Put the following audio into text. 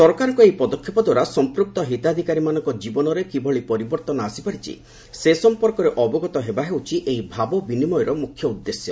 ସରକାରଙ୍କ ଏହି ପଦକ୍ଷେପ ଦ୍ୱାରା ସମ୍ପୁକ୍ତ ହିତାଧିକାରୀମାନଙ୍କ ଜୀବନରେ କିଭଳି ପରିବର୍ତ୍ତନ ଆସିପାରିଛି ସେ ସମ୍ପର୍କରେ ଅବଗତ ହେବା ହେଉଛି ଏହି ଭାବ ବିନିମୟର ମୁଖ୍ୟ ଉଦ୍ଦେଶ୍ୟ